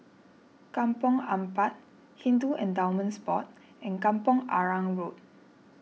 Kampong Ampat Hindu Endowments Board and Kampong Arang Road